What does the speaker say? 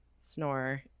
snore